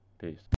peace